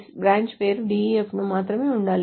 ఆ S branch పేరు DEF ను మాత్రమే ఉండాలి